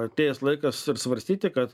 atėjęs laikas ir svarstyti kad